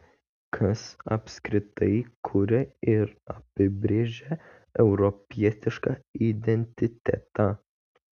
kas apskritai kuria ir apibrėžia europietišką identitetą